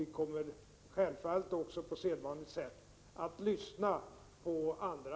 Vi kommer självfallet också att på sedvanligt sätt lyssna på andra